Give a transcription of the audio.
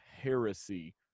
heresy